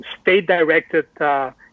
state-directed